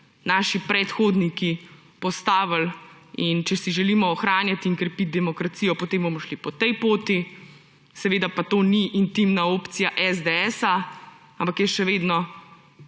naši predhodniki postavili te sisteme. In če si želimo ohranjati in krepiti demokracijo, potem bomo šli po tej poti. Seveda pa to ni intimna opcija SDS, ampak jaz še vedno